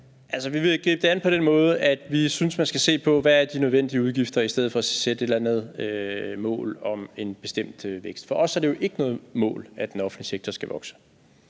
Vi ville gribe det an på den måde, at vi synes, at man skal se på, hvad de nødvendige udgifter er, i stedet for at sætte et eller andet mål om en bestemt vækst. For os er det jo ikke noget mål, at den offentlige sektor skal vokse,